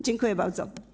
Dziękuję bardzo.